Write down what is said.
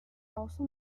also